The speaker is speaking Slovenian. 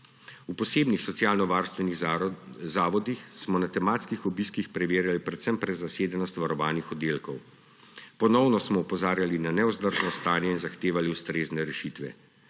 V posebnih socialnovarstvenih zavodih smo na tematskih obiskih preverjali predvsem prezasedenost varovanih oddelkov. Ponovno smo opozarjali na nevzdržno stanje in zahtevali ustrezne rešitve.